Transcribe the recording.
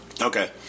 Okay